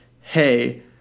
hey